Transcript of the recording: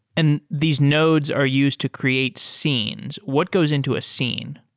and these nodes are used to create scenes. what goes into a scene?